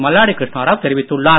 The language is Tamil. மல்லாடி கிருஷ்ணாராவ் தெரிவித்துள்ளார்